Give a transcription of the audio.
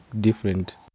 different